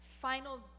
final